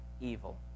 evil